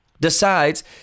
decides